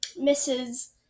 Mrs